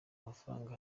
mafaranga